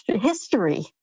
history